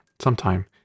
sometime